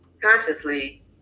consciously